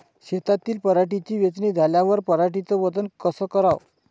शेतातील पराटीची वेचनी झाल्यावर पराटीचं वजन कस कराव?